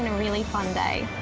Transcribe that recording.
and really fun day.